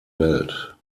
welt